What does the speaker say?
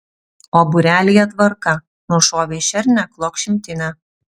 o būrelyje tvarka nušovei šernę klok šimtinę